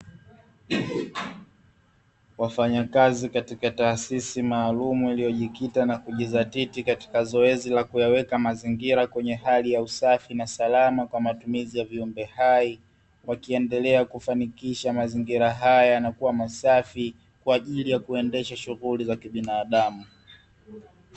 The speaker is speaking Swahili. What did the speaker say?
Wafanyakazi katika taasisi maalumu iliyojikita na kujidhatiti katika zoezi la kuyaweka mazingira kwenye hali ya usafi na salama kwa matumizi ya viumbe hai, wakiendelea kufanikisha mazingira hayo yanakuwa masafi kwa ajili ya kuendesha shughuli za kibinadamu.